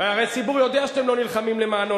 הרי הציבור יודע שאתם לא נלחמים למענו,